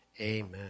Amen